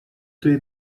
توی